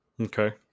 Okay